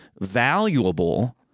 valuable